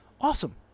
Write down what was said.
Awesome